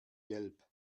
gelb